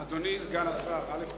אדוני סגן השר, א.